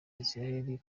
israeli